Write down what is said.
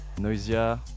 Noisia